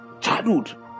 childhood